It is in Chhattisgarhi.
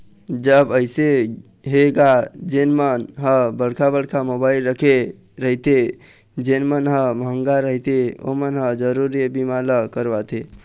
अब अइसे हे गा जेन मन ह बड़का बड़का मोबाइल रखे रहिथे जेन मन ह मंहगा रहिथे ओमन ह जरुर ये बीमा ल करवाथे